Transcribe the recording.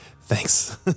Thanks